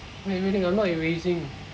wait rui ling I'm not erasing